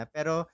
Pero